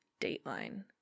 dateline